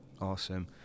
Awesome